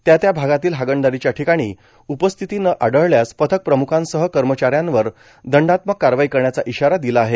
त्या त्या भागातील हागणदारीच्या ठिकाणी उपस्थिती न आढळल्यास पथकप्रमुखांसह कर्मचाऱ्यांवर दंडात्मक कारवाई करण्याचा इशारा दिला आहे